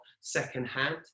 secondhand